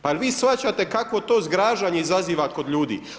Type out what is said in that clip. Pa jer vi shvaćate kakvo to zgražanje izaziva kod ljudi?